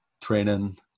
training